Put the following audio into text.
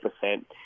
percent